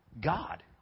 God